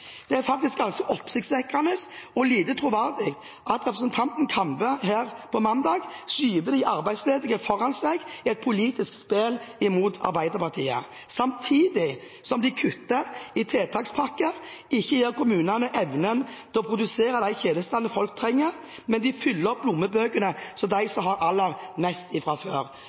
Det er faktisk oppsiktsvekkende og lite troverdig når representanten Kambe her på mandag skyver de arbeidsledige foran seg i et politisk spill mot Arbeiderpartiet, samtidig som de kutter i tiltakspakken, ikke gir kommunene evne til å produsere de tjenestene folk trenger, mens de fyller opp lommebøkene til dem som har aller mest fra før.